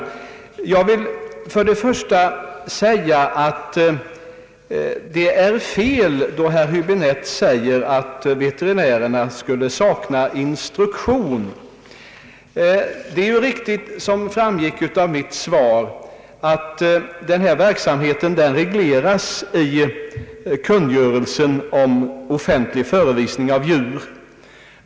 Till att börja med vill jag säga att herr Häbinette har fel då han påstår att veterinärerna skulle sakna instruktion. Som framgick av mitt svar regleras den här verksamheten i kungörelsen om offentlig förevisning av djur.